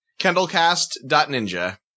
KendallCast.Ninja